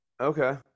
okay